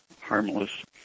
harmless